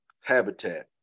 habitat